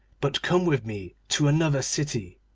but come with me to another city.